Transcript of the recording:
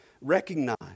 recognize